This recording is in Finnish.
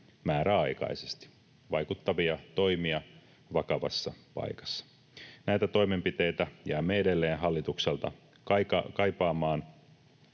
määräaikaisesti. Vaikuttavia toimia vakavassa paikassa. Näitä toimenpiteitä jäämme edelleen hallitukselta kaipaamaan,